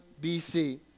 BC